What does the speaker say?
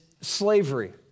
slavery